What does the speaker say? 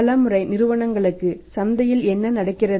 பல முறை நிறுவனங்களுக்கு சந்தையில் என்ன நடக்கிறது